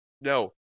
No